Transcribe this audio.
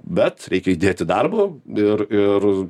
bet reikia įdėti darbo ir ir